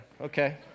Okay